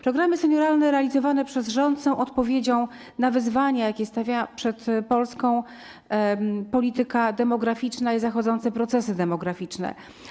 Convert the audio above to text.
Programy senioralne realizowane przez rząd są odpowiedzią na wyzwania, jakie stawia przed Polską polityka demograficzna i zachodzące procesy demograficzne.